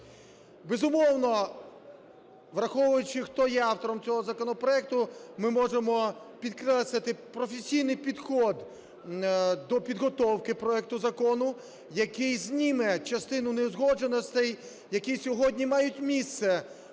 Безумовно, враховуючи, хто є автором цього законопроекту, ми можемо підкреслити професійний підхід до підготовки проекту закону, який зніме частину неузгодженостей, які сьогодні мають місце